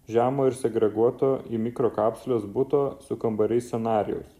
žemo ir segreguoto į mikrokapsules buto su kambariais scenarijaus